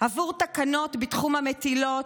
עבור תקנות בתחום המטילות,